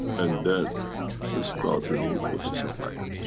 and then ah start a new process of life.